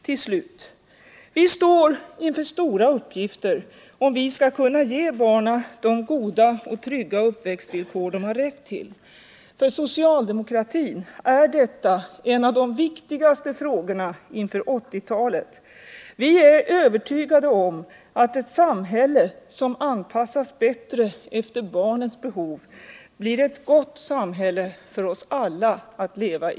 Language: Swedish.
Till slut: vi står inför stora uppgifter om vi skall kunna ge barnen de goda och trygga uppväxtvillkor de har rätt till. För socialdemokratin är detta en av de viktigaste frågorna inför 1980-talet. Vi är övertygade om att ett samhälle som anpassas bättre efter barnens behov blir ett gott samhälle för oss alla att leva i.